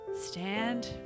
stand